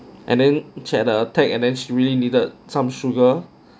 and then she had a attack and then she really needed some sugar